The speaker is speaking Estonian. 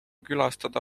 külastada